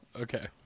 okay